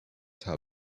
tub